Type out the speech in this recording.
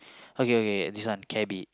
okay okay this one cabby